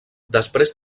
després